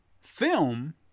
film